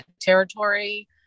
territory